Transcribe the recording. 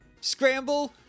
Scramble